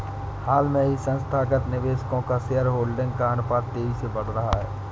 हाल ही में संस्थागत निवेशकों का शेयरहोल्डिंग का अनुपात तेज़ी से बढ़ रहा है